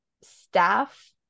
staff